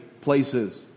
places